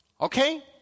okay